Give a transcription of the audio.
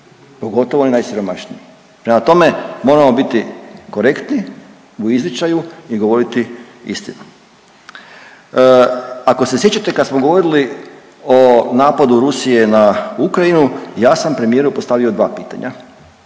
pogotovo oni najsiromašniji. Prema tome, moramo biti korektni u izričaju i govoriti istinu. Ako se sjećate kad smo govorili o napadu Rusije na Ukrajinu ja sam premijeru postavio dva pitanja.